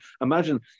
Imagine